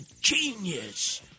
genius